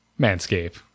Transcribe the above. manscape